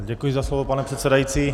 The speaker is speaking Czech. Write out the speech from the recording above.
Děkuji za slovo, pane předsedající.